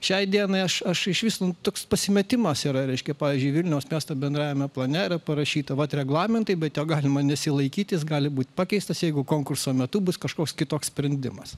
šiai dienai aš aš išvis nu toks pasimetimas yra reiškia pavyzdžiui vilniaus miesto bendrajame plane yra parašyta vat reglamentai bet jo galima nesilaikyti jis gali būti pakeistas jeigu konkurso metu bus kažkoks kitoks sprendimas